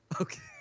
Okay